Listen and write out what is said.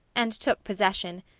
and took possession.